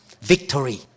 victory